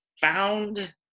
found